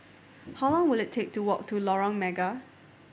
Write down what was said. how long will it take to walk to Lorong Mega